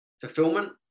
fulfillment